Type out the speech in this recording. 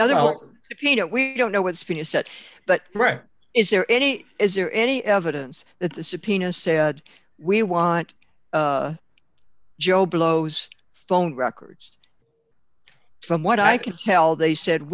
know we don't know what's been said but right is there any is there any evidence that the subpoena said we want joe blow's phone records from what i can tell they said